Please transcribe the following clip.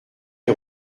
les